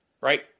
right